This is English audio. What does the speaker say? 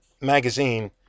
magazine